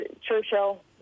Churchill